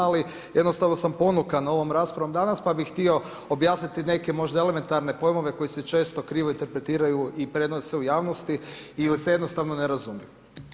Ali jednostavno sam ponukan ovom raspravom danas pa bih htio objasniti neke možda elementarne pojmove koji se često krivo interpretiraju i prenose u javnosti ili se jednostavno ne razumiju.